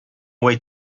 way